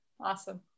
awesome